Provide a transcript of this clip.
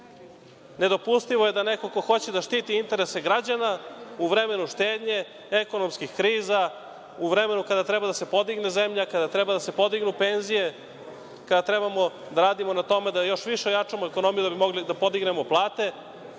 Nedopustivo je da neko ko hoće da štiti interese građana, u vremenu štednje ekonomskih kriza, u vremenu kada treba da se podigne zemlja, kada treba da se podignu penzije, kada trebamo da radimo na tome da još više ojačamo ekonomiju da bi mogli da podignemo plate,